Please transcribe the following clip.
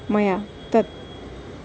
मया तत्